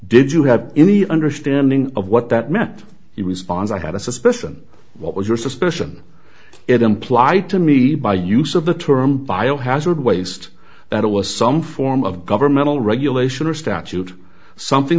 did you have any understanding of what that meant he responds i had a suspicion what was your suspicion it imply to me by use of the term biohazard waste that it was some form of governmental regulation or statute something